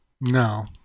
No